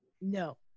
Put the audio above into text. No